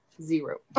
zero